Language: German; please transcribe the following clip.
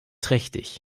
trächtig